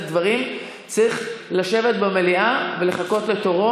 דברים צריך לשבת במליאה ולחכות לתורו.